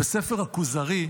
ספר הכוזרי,